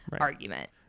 argument